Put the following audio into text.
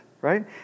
right